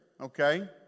okay